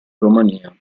romania